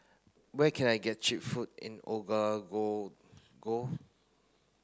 where can I get cheap food in Ouagadougou